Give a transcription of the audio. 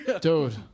Dude